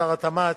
שר התמ"ת,